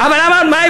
אבל מה ההבדל?